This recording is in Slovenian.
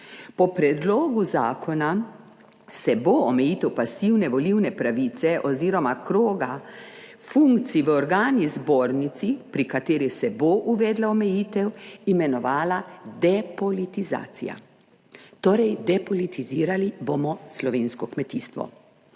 Po predlogu zakona se bo omejitev pasivne volilne pravice oziroma kroga funkcij v organih Zbornice, pri kateri se bo uvedla omejitev, imenovala depolitizacija. Torej, depolitizirali bomo slovensko kmetijstvo.